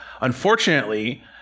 Unfortunately